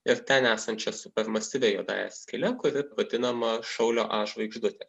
ir ten esančia super masyvia juodąja skyle kuri vadinama šaulio a žvaigždute